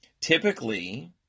Typically